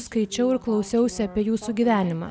skaičiau ir klausiausi apie jūsų gyvenimą